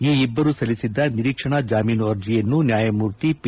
ಈ ಇಬ್ಬರು ಸಲ್ಲಿಸಿದ್ದ ನಿರೀಕ್ಷಣಾ ಜಾಮೀನು ಅರ್ಜೆಯನ್ನು ನ್ಯಾಯಮೂರ್ತಿ ಪಿ